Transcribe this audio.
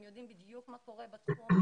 הם יודעים בדיוק מה קורה בתחום,